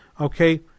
Okay